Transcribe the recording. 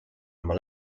oma